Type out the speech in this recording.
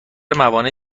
موانع